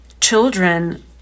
children